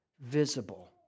visible